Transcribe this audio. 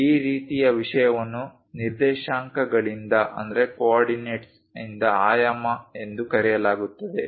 ಈ ರೀತಿಯ ವಿಷಯವನ್ನು ನಿರ್ದೇಶಾಂಕಗಳಿಂದ ಆಯಾಮ ಎಂದು ಕರೆಯಲಾಗುತ್ತದೆ